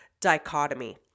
dichotomy